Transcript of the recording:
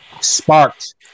sparked